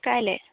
কাইলৈ